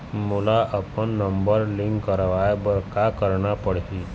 मोला अपन number link करवाये बर का करना पड़ही?